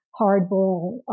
hardball